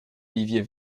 olivier